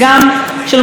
של הקולנוע,